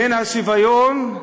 מן השוויון,